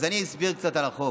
אז אני אסביר קצת על החוק.